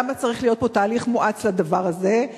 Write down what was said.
למה צריך להיות תהליך מואץ לדבר הזה?